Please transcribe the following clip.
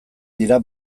dira